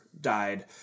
died